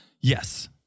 Yes